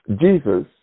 Jesus